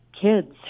kids